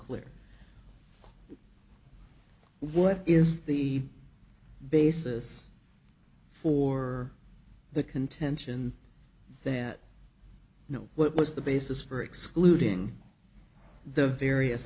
clear what is the basis for the contention that you know what was the basis for excluding the various